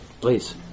Please